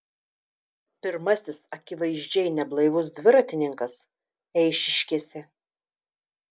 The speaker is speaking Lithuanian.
pirmasis akivaizdžiai neblaivus dviratininkas eišiškėse